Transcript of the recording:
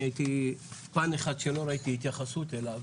אני ראיתי פן אחד שלא ראיתי התייחסות אליו.